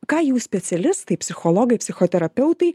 ką jūs specialistai psichologai psichoterapeutai